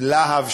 עם "להב",